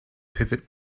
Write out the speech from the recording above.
pivot